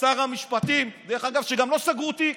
שר המשפטים, דרך אגב, שגם לו סגרו תיק,